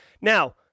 Now